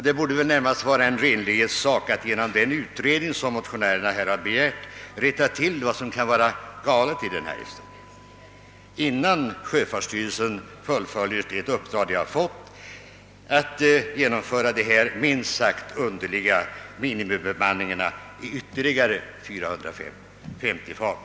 Det borde väl närmast vara en renlighetssak att genom den utredning som motionärerna här har begärt rätta till vad som kan vara galet, innan sjöfartsstyrelsen fullföljer det uppdrag den har fått att genomföra dessa minst sagt underliga minimibemanningar i ytterligare 450 fartyg.